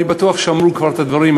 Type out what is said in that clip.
אני בטוח שאמרו כבר את הדברים,